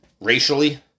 racially